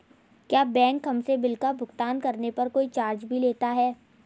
क्या बैंक हमसे बिल का भुगतान करने पर कोई चार्ज भी लेता है?